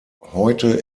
heute